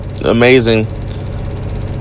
amazing